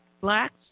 Blacks